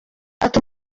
ati